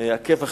עקב אכילס,